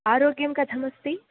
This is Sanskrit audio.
आरोग्यं कथमस्ति